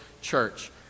Church